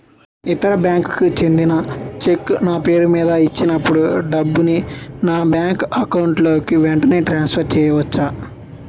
ఇతర బ్యాంక్ కి చెందిన చెక్ నా పేరుమీద ఇచ్చినప్పుడు డబ్బుని నా బ్యాంక్ అకౌంట్ లోక్ వెంటనే ట్రాన్సఫర్ చేసుకోవచ్చా?